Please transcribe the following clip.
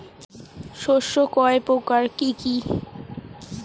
শস্য কয় প্রকার কি কি?